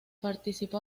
participó